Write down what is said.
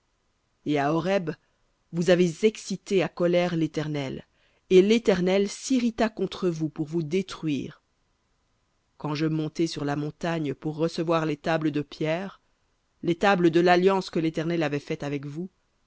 et à horeb vous avez excité à colère l'éternel et l'éternel s'irrita contre vous pour vous détruire quand je montai sur la montagne pour recevoir les tables de pierre les tables de l'alliance que l'éternel avait faite avec vous